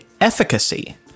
efficacy